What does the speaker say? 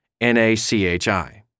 NACHI